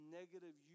negative